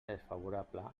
desfavorable